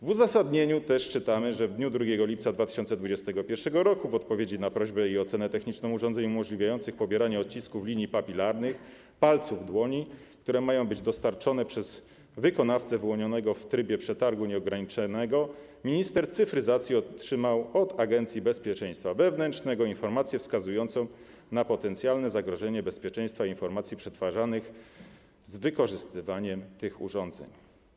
W uzasadnieniu też czytamy, że w dniu 2 lipca 2021 r. w odpowiedzi na prośbę o ocenę techniczną urządzeń umożliwiających pobieranie odcisków linii papilarnych palców dłoni, które mają być dostarczone przez wykonawcę wyłonionego w trybie przetargu nieograniczonego, minister cyfryzacji otrzymał od Agencji Bezpieczeństwa Wewnętrznego informację wskazującą na potencjalne zagrożenie bezpieczeństwa informacji przetwarzanych z wykorzystaniem tych urządzeń.